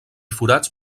forats